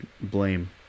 blame